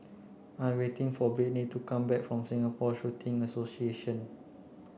I'm waiting for Brittny to come back from Singapore Shooting Association